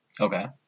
Okay